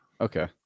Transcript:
okay